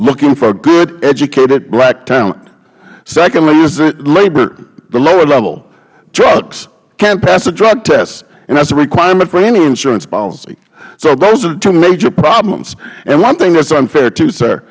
looking for good educated black talent secondly is labor the lower level drugs can't pass a drug test and that is a requirement for any insurance policy so those are the two major problems and one thing that is unfair too sir